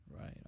Right